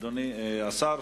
אדוני השר,